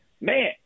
man